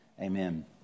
Amen